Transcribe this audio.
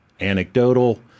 anecdotal